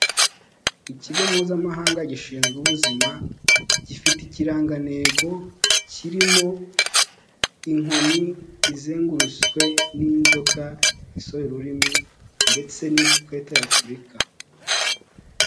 Ikigo mpuzamahanga gishinzwe ubuzima, gifite ikirangantego kirimo inkoni izengurutswe n'inzoka isohoye ururimi ndetse n'ikarita ya'Afurika.